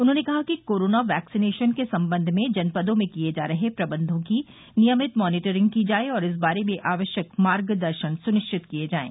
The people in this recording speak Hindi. उन्होंने कहा कि कोरोना वैक्सीनेशन के संबंध में जनपदों में किये जा रहे प्रबन्धों की नियमित मानीटरिंग की जाये और इस बारे में आवश्यक मार्गदर्शन सुनिश्चित किये जायें